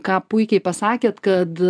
ką puikiai pasakėte kad